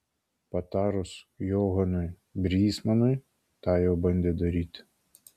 patarus johanui brysmanui tą jau bandė daryti